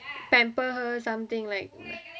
pamper her something like